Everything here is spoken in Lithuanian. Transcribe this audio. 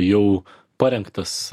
jau parengtas